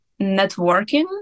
networking